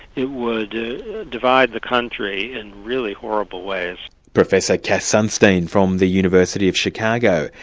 it would divide the country in really horrible ways. professor cass sunstein from the university of chicago.